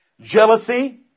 Jealousy